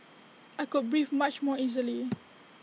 I could breathe much more easily